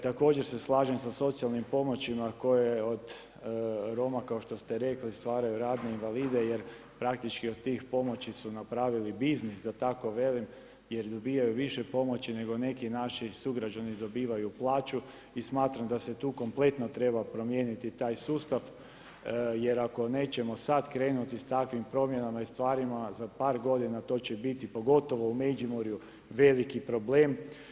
Također se slažem sa socijalnim pomoćima koje od Roma kao što ste rekli stvaraju radne invalide jer praktički od tih pomoći su napravili biznis da tako velim jer dobijaju više pomoći nego naši sugrađani dobivaju plaću i smatram da se tu kompletno treba promijeniti taj sustav jer ako nećemo sada krenuti sa takvim promjenama i stvarima, za par godina to će biti pogotovo u Međimurju veliki problem.